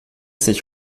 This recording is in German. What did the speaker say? sich